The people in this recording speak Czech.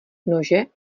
nože